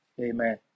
Amen